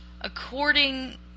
according